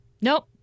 Nope